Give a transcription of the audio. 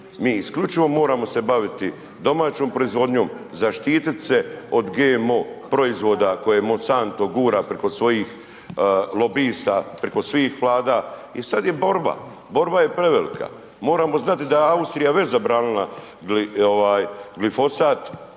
Mi isključivo moramo se baviti domaćom proizvodnjom, zaštitit se od GMO proizvoda koje Monsanto gura preko svojih lobista, preko svih Vlada i sad je borba, borba je prevelika, moramo znati da je Austrija već zabranila glifosat